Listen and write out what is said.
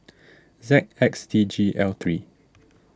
Z X D G L three